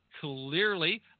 Clearly